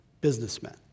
businessmen